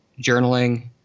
journaling